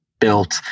built